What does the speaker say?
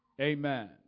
Amen